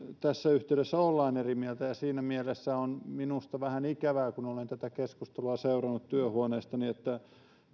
tässä yhteydessä ollaan eri mieltä ja on minusta vähän ikävää kun olen tätä keskustelua seurannut työhuoneestani että